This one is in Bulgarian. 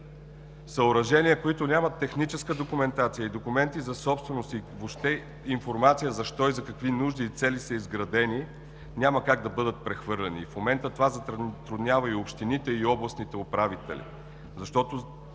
Съоръжения, които нямат техническа документация, документи за собственост и въобще информация защо и за какви нужди и цели са изградени, няма как да бъдат прехвърляни. В момента това затруднява общините и областните управители, защото